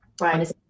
Right